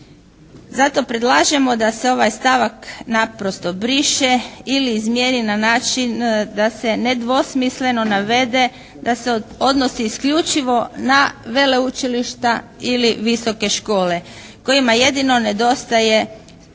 Zato predlažemo da se ovaj stavak naprosto briše ili izmjeni na način da se nedvosmisleno navede da se odnosi isključivo na veleučilišta ili visoke škole kojima jedino nedostaje stručni